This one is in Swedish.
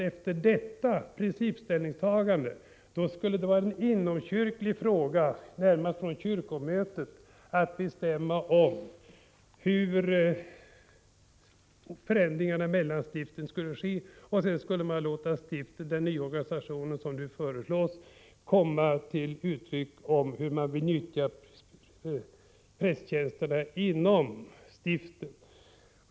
Efter detta principställningstagande skulle det vara en inomkyrklig fråga, närmast för kyrkomötet, att bestämma hur förändringarna mellan stiften skulle göras, och sedan skulle den nya organisationen komma till tals i fråga om hur prästtjänsterna skulle nyttjas inom stiften.